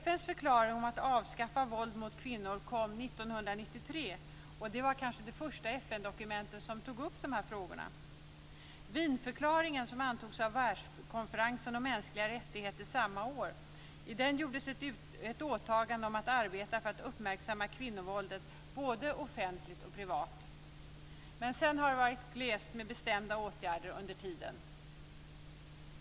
FN:s förklaring om att avskaffa våld mot kvinnor kom 1993, och det var kanske det första FN-dokument som tog upp dessa frågor. Wienförklaringen antogs av världskonferensen om mänskliga rättigheter samma år, och i den åtog man sig att arbeta för att uppmärksamma kvinnovåldet både offentligt och privat. Men sedan dess har det varit glest med bestämda åtgärder.